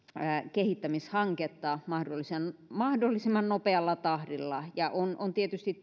kehittämishanketta mahdollisimman mahdollisimman nopealla tahdilla on tietysti